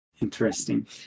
Interesting